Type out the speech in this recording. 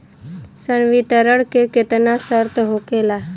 संवितरण के केतना शर्त होखेला?